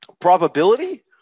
Probability